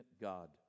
God